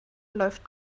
läuft